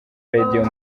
radio